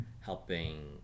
helping